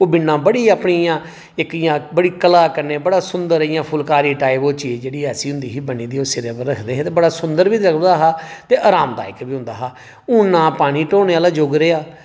ओह् बि'न्ना बड़ी अपनी इयां इक कला कन्नै बड़ा सुंदर इ'यां फुल्लकारी टाईप ओह् चीज होंदी ओह् बड़ा सुंदर बी लगदा हा ते अरामदायक बी होंदा हा ते हून ना पानी ढोने आह्ला युग रेहा